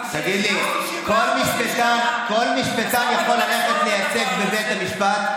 תגיד לי, כל משפטן יכול ללכת ולייצג בבית המשפט?